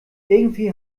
irgendwie